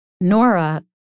Nora